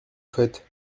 faites